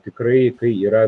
tikrai kai yra